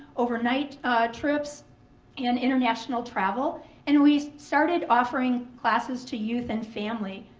overnight trips and international travel and we started offering classes to youth and family.